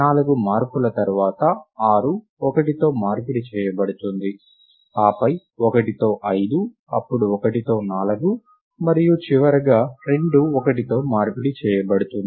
నాలుగు మార్పుల తర్వాత ఆరు ఒకటితో మార్పిడి చేయబడుతుంది ఆపై ఒకటితో ఐదు అప్పుడు ఒకటితో నాలుగు మరియు చివరగా రెండు ఒకటితో మార్పిడి చేయబడుతుంది